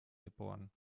geboren